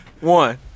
One